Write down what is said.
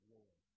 Lord